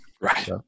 Right